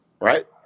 right